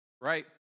right